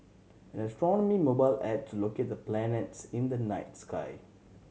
an astronomy mobile app to locate the planets in the night sky